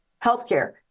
healthcare